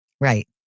right